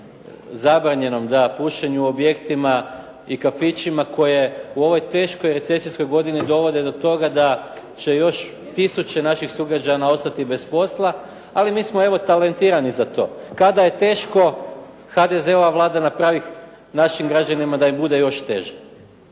zabranjenom pušenju u objektima i kafićima koje u ovoj teškoj recesijskoj godini dovode do toga da će još tisuće naših sugrađana ostati bez posla. Ali mi smo evo talentirani za to. Kada je teško, HDZ-ova Vlada napravi našim građanima da im bude još teže.